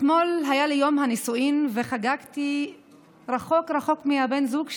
אתמול היה לי יום נישואים וחגגתי רחוק רחוק מבן הזוג שלי,